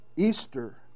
Easter